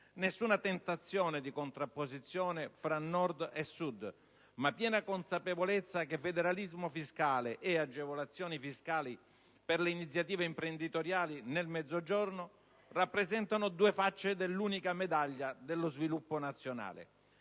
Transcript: nessuna tentazione di contrapposizione tra Nord e Sud, ma piena consapevolezza che federalismo fiscale e agevolazioni fiscali per le iniziative imprenditoriali nel Mezzogiorno rappresentano due facce dell'unica medaglia dello sviluppo nazionale.